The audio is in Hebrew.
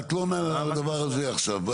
את לא עונה על הדבר הזה עכשיו.